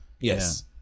Yes